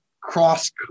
cross